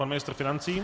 Pan ministr financí.